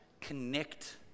connect